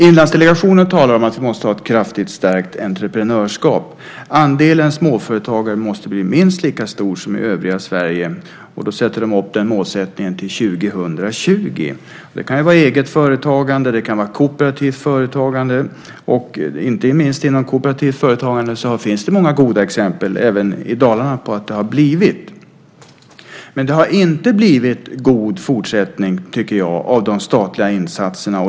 Inlandsdelegationen talar om att vi måste ha ett kraftigt stärkt entreprenörskap. Andelen småföretagare måste bli minst lika stor som i övriga Sverige. Den målsättningen är satt till år 2020. Det kan vara eget företagande eller kooperativt företagande. Inte minst inom kooperativt företagande finns det många goda exempel även i Dalarna. Men det har inte blivit en god fortsättning av de statliga insatserna.